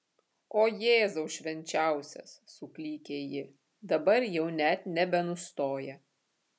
o jėzau švenčiausias suklykė ji dabar jau net nebenustoja